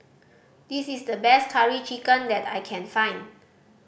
this is the best Curry Chicken that I can find